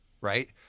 right